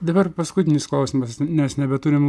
dabar paskutinis klausimas nes nebeturim